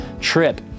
trip